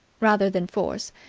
rather than force,